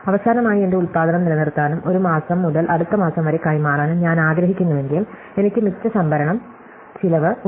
അവസാനമായി എന്റെ ഉൽപാദനം നിലനിർത്താനും ഒരു മാസം മുതൽ അടുത്ത മാസം വരെ കൈമാറാനും ഞാൻ ആഗ്രഹിക്കുന്നുവെങ്കിൽ എനിക്ക് മിച്ച സംഭരണ ചിലവ് ഉണ്ട്